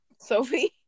Sophie